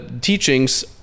teachings